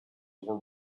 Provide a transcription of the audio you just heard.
were